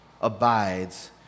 abides